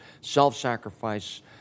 self-sacrifice